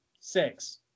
six